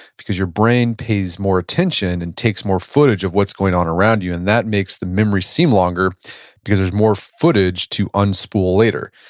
because your brain pays more attention and takes more footage of what's going on around you and that makes the memory seem longer because there's more footage to unspool later.